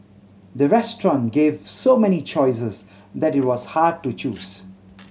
the restaurant gave so many choices that it was hard to choose